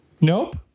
Nope